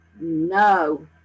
No